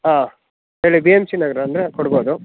ಹಾಂ ಹೇಳಿ B M C ನಗರ ಅಂದರೆ ಕೊಡ್ಬೋದು